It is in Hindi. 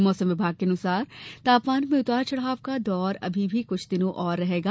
मौसम विभाग के अनुसार तापमान में उतार चढ़ाव का यह दौर अभी कुछ दिनों और रहेगा